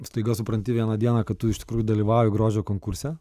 staiga supranti vieną dieną kad tu iš tikrųjų dalyvauji grožio konkurse